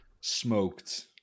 smoked